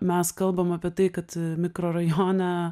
mes kalbam apie tai kad mikrorajone